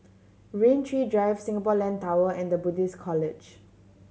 Rain Tree Drive Singapore Land Tower and The Buddhist College